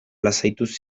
lasaituz